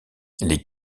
les